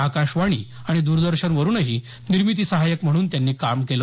आकाशवाणी आणि द्रदर्शनवरही निर्मिती सहाय्यक म्हणून त्यांनी काही काळ काम केलं